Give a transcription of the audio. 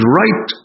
right